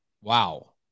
Wow